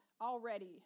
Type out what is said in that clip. already